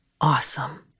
Awesome